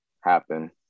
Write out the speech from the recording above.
happen